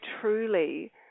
truly